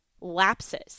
lapses